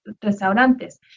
restaurantes